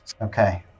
Okay